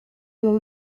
your